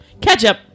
Ketchup